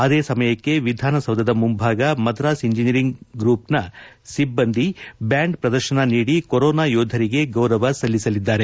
ಅದೇ ಸಮಯಕ್ಕೆ ವಿಧಾನಸೌಧದ ಮುಂಭಾಗ ಮದ್ರಾಸ್ ಇಂಜಿನಿಯರಿಂಗ್ ಗುಂಪಿನ ಸಿಬ್ಬಂದಿ ಬ್ಯಾಂಡ್ ಪ್ರದರ್ತನ ನೀಡಿ ಕೊರೋನಾ ಯೋಧರಿಗೆ ಗೌರವ ಸಲ್ಲಿಸಲಿದ್ದಾರೆ